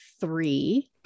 three